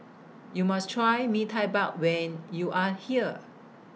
YOU must Try Mee Tai Bao when YOU Are here